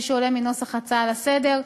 כפי שעולה מנוסח ההצעה לסדר-היום.